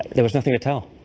there was nothing to tell.